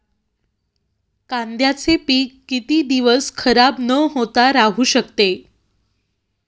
कांद्याचे पीक किती दिवस खराब न होता राहू शकते?